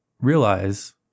realize